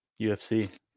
UFC